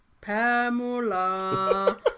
Pamela